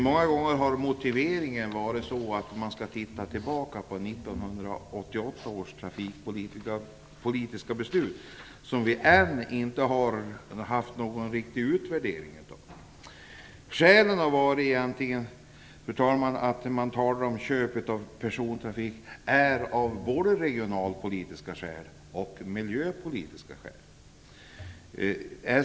Många gånger har motiveringen varit att man skall se tillbaka på 1988 års trafikpolitiska beslut, som det ännu inte gjorts någon riktig utvärdering av. Man talar om att köp av persontrafik skall ske av både regionalpolitiska och miljöpolitiska skäl.